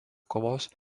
kovos